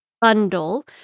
bundle